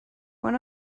one